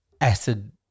acid